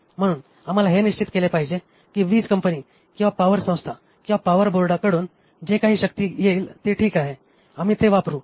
म्हणून आम्हाला हे निश्चित केले पाहिजे की वीज कंपनी किंवा पॉवर संस्था किंवा पॉवर बोर्डाकडून जे काही शक्ती येईल ते ठीक आहे आम्ही ते वापरु